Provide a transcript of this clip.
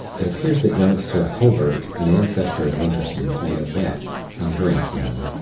it appears that young sir hulbert, an ancestor of anderson's, made a bet, in drink, you know,